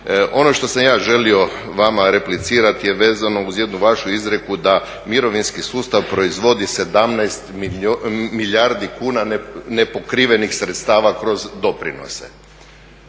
Ono što sam ja želio vama replicirati je vezano uz jednu vašu izrijeku da mirovinski sustav proizvodi 17 milijardi kuna nepokrivenih sredstava kroz doprinose.